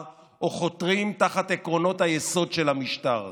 או חותרים תחת עקרונות היסוד של המשטר.